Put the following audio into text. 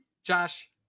Josh